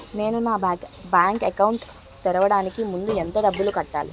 నేను నా bank account తెరవడానికి ముందు ఎంత డబ్బులు కట్టాలి?